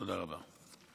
תודה רבה.